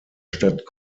stadt